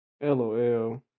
Lol